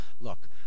look